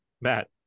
Matt